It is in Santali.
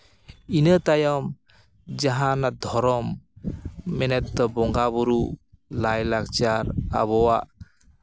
ᱤᱱᱟᱹ ᱛᱟᱭᱚᱢ ᱡᱟᱦᱟᱱᱟᱜ ᱫᱷᱚᱨᱚᱢ ᱢᱮᱱᱮᱫ ᱫᱚ ᱵᱚᱸᱜᱟᱼᱵᱳᱨᱳ ᱞᱟᱭᱼᱞᱟᱠᱪᱟᱨ ᱟᱵᱚᱣᱟᱜ